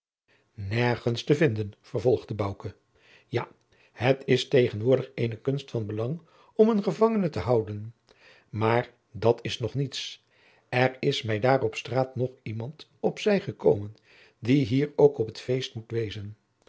nergens te vinden vervolgde bouke ja het is tegenwoordig eene kunst van belang om een gevangene te houden maar dat is nog niets er is mij daar op straat nog iemand op zij gekomen die hier ook op t feest moet wezen